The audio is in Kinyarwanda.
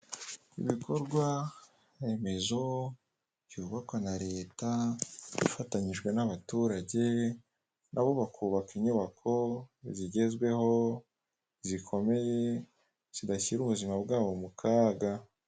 Ibikorwaremezo byubakwa na leta ifatanyije n'abaturage nabo bakubaka inyubako zigezweho zikomeye zidashyira ubuzima bwabo mu kaga.